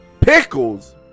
Pickles